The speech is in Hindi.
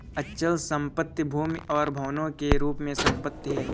अचल संपत्ति भूमि और भवनों के रूप में संपत्ति है